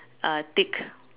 uh thick